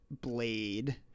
Blade